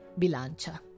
Bilancia